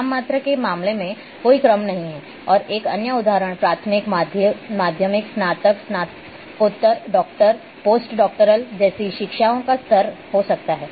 नाममात्र के मामले में कोई क्रम नहीं है और एक अन्य उदाहरण प्राथमिक माध्यमिक स्नातक स्नातकोत्तर डॉक्टरेट पोस्ट डॉक्टरल जैसी शिक्षा का स्तर हो सकता है